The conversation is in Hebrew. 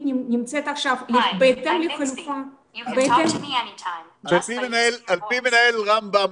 נמצאת עכשיו בהתאם ל --- על פי מנהל רמב"ם,